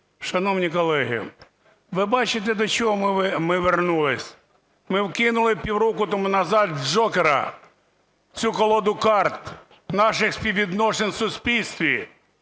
Шановні колеги, ви бачите, до чого ми вернулись? Ми вкинули півроку тому назад джокера в цю колоду карт наших співвідносин у суспільстві